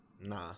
Nah